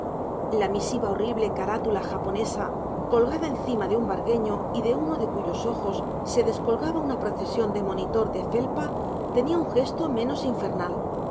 la misiva horrible carátula japonesa colgada encima de un vargueño y de uno de cuyos ojos se descolgaba una procesión de monitor de felpa tenía un gesto menos infernal